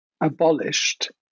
abolished